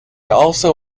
also